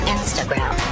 Instagram